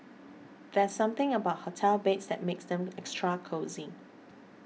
there's something about hotel beds that makes them extra cosy